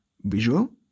visual